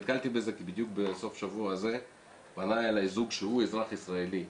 נתקלתי בזה כי בדיוק בסוף שבוע הזה פנה אלי זוג שהוא אזרח ישראלי,